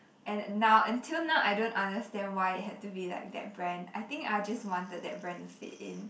and now until now I don't understand why it had to be like that brand I think I just wanted that brand to fit in